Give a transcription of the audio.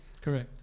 Correct